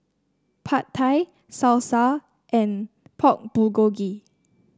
Pad Thai Salsa and Pork Bulgogi